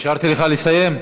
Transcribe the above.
אפשרתי לך לסיים?